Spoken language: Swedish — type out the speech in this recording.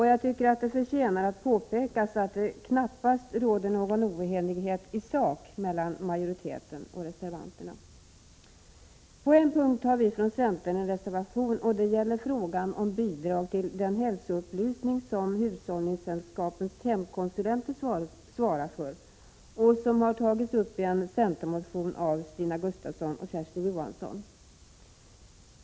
Jag tycker att det förtjänar att påpekas att det knappast råder någon oenighet i sak mellan majoriteten och reservanterna. På en punkt har vi från centern avgivit en reservation. Det gäller frågan om bidrag till den hälsoupplysning som hushållningssällskapens hemkonsulenter svarar för. Frågan har tagits upp i en motion av Stina Gustavsson och Kersti Johansson.